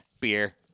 Beer